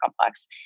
complex